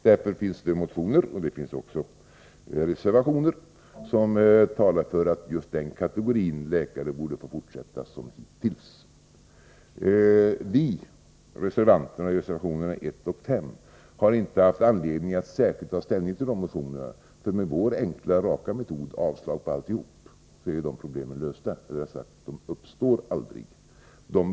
Därför finns det motioner och också reservationer som talar för att just denna kategori läkare får fortsätta som hittills. Vi reservanter bakom reservationerna 1 och 5 har inte haft anledning att särskilt ta ställning till motionerna, för med vår raka och enkla metod — yrkande om avslag på alltihop — är problemen lösta. Rättare sagt uppstår de aldrig.